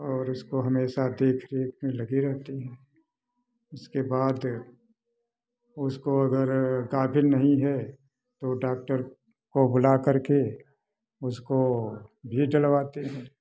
और उसको हमेशा देख रेख में लगे रहते हैं इसके बाद उसको अगर गाभिन नहीं है तो डाक्टर को बुला कर के उसको भी डलवाते हैं